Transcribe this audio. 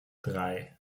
drei